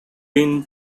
been